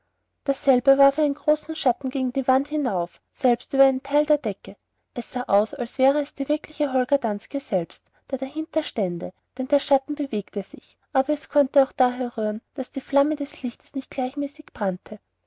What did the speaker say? dasselbe warf einen großen schatten gegen die wand hinauf selbst über einen teil der decke es sah aus als wäre es der wirkliche holger danske selbst der dahinter stände denn der schatten bewegte sich aber es konnte auch daher rühren daß die flamme des lichtes nicht gleichmäßig brannte